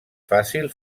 fàcil